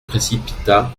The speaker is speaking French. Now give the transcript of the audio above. précipita